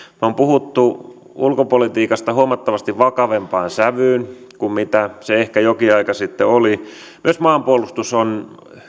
on puhuttu ulkopolitiikasta huomattavasti vakavampaan sävyyn kuin ehkä jokin aika sitten myös maanpuolustus on